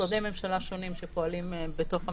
משרדי ממשלה שונים שפועלים בתוך הממשלה.